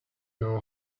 know